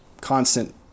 constant